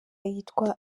yitwa